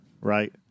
right